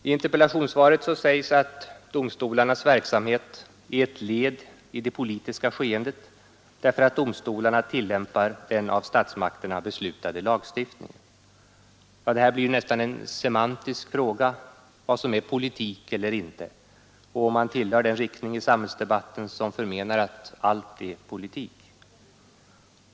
I interpellationssvaret sägs att domstolarnas verksamhet är ett led i det politiska skeendet, därför att domstolarna tillämpar den av statsmakterna beslutade lagstiftningen. Det här blir nästan en semantisk fråga, vad som är politik eller inte, och om man tillhör den riktning i samhällsdebatten som förmenar att allt är politik.